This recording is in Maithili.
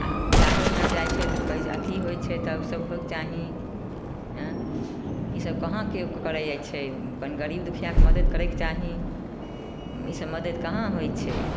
आ डॉक्टर यहाँ जाइ छै तऽ पाइ अथी होइ छै तब सब होइके चाही एँ इसब कहाँ केओ करै जाइ छै कनि गरीब दुखियाके मदद करैके चाही इसब मदद कहाँ होइ छै